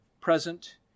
present